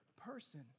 person